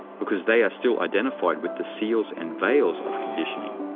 because they are still identified with the seals and veils of conditioning.